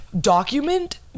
document